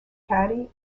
caddy